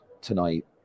tonight